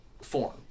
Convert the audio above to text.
form